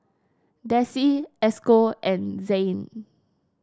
Desi Esco and Zain